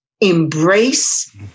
embrace